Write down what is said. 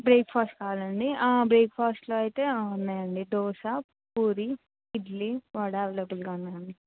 breakfast కావాలండి బ్రేక్ఫాస్ట్లో అయితే ఉన్నాయండి దోశ పూరి ఇడ్లీ వడ అవైలబుల్గా ఉన్నాయండి